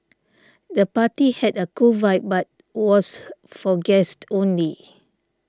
the party had a cool vibe but was for guests only